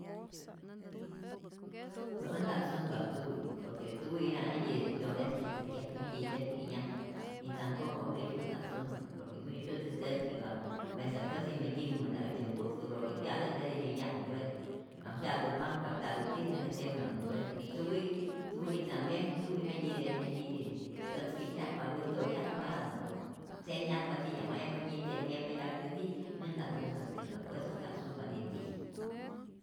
Pe äj nta't sunpa tuwi por que tuwi'i jentyitä myolestatzäjkyjapa, jentyitä tzyäk inyajpa, ni tampoco mi'syu', ät nta't sunpa porque mi'syu täpki'mpa mesa'käsi, nä tyänhmä'na äjtyä nku'tku, lo que pya'täpä jetij nä yajupäte, ka pya'tu panh ka pya'tu tiyä jetij nä tyänhmä'nupete y tuwi'i tuwi'i tambien tuwi jentyi jentyi tätzkitzyajpa wijtoyajpa aa tzemyajpa titya'majyajpa, nyi'tze'mäyajapa yaktyi tiyä, ät nta't ngustatzäkpa por eso ät nta't sunpa nitiyä.